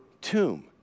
tomb